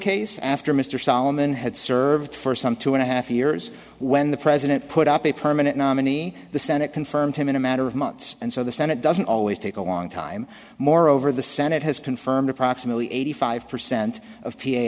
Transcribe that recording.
case after mr solomon had served for some two and a half years when the president put up a permanent nominee the senate confirmed him in a matter of months and so the senate doesn't always take a long time moreover the senate has confirmed approximately eighty five percent of p a